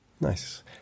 nice